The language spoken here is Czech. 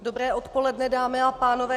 Dobré odpoledne, dámy a pánové.